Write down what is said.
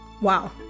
wow